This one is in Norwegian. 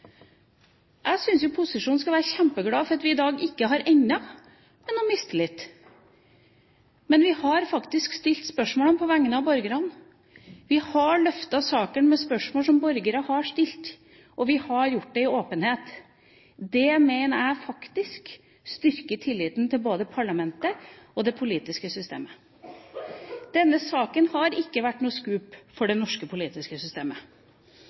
Jeg synes jo posisjonen skal være kjempeglad for at vi i dag ikke har endt på mistillit. Men vi har faktisk stilt spørsmålene på vegne av borgerne, vi har løftet saken med spørsmål som borgere har stilt, og vi har gjort det i åpenhet. Det mener jeg faktisk styrker tilliten til både parlamentet og det politiske systemet. Denne saken har ikke vært noe scoop for det norske politiske systemet.